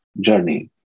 journey